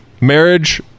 marriage